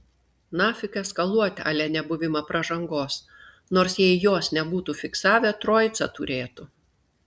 nafik eskaluot a le nebuvimą pražangos nors jei jos nebūtų fiksavę troicą turėtų